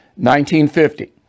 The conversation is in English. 1950